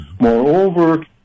Moreover